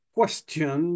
question